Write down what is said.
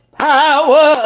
power